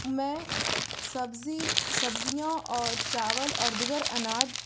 میں سبزی سبزیاں اور چاول اور دیگر اناج